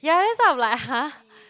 ya that's why I'm like !huh!